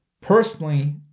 Personally